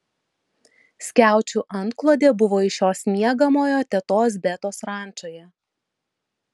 skiaučių antklodė buvo iš jos miegamojo tetos betos rančoje